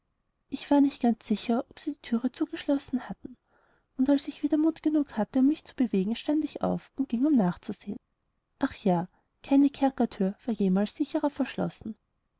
ich war nicht ganz sicher ob sie die thür zugeschlossen hatten und als ich wieder mut genug hatte um mich zu bewegen stand ich auf und ging um nachzusehen ach ja keine kerkerthür war jemals sicherer verschlossen